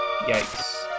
Yikes